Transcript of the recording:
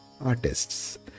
Artists